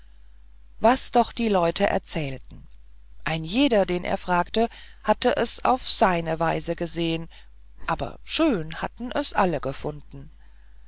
was doch die leute erzählten ein jeder den er danach fragte hatte es auf seine weise gesehen aber schön hatten es alle gefunden